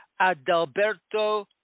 Adalberto